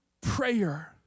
prayer